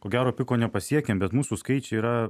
ko gero piko nepasiekėm bet mūsų skaičiai yra